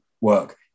work